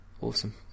awesome